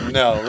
no